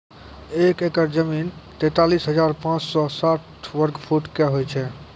एक एकड़ जमीन, तैंतालीस हजार पांच सौ साठ वर्ग फुटो के होय छै